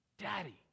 daddy